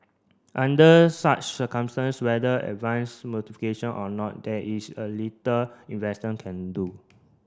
under such circumstance whether advance notification or not there is a little investor can do